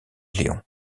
léon